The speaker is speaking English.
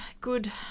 good